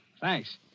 Thanks